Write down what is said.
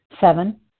Seven